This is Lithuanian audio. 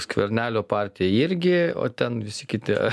skvernelio partija irgi o ten visi kiti